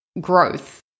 growth